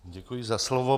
Děkuji za slovo.